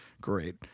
Great